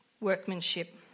workmanship